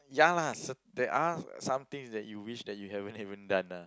ya lah there are some things that you wish that you haven't haven't done lah